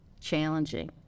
challenging